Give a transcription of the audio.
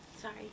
sorry